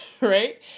Right